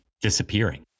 disappearing